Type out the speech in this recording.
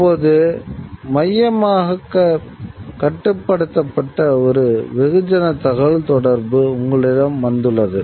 தற்போது மையமாகக் கட்டுப்படுத்த ஒரு வெகுஜன தகவல்தொடர்பு உங்களிடம் வந்துள்ளது